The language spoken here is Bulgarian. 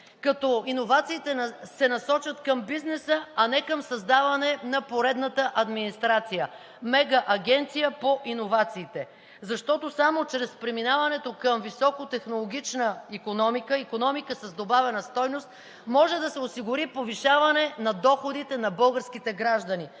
като иновациите се насочат към бизнеса, а не към създаване на поредната администрация – мегаагенция по иновациите. Защото само чрез преминаването към високотехнологична икономика и икономика с добавена стойност, може да се осигури повишаване на доходите на българските граждани